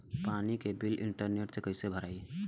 पानी के bill internet से कइसे भराई?